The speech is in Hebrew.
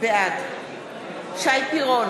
בעד מיכל בירן,